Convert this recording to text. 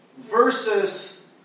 versus